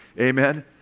amen